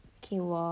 K 我